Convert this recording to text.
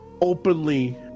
openly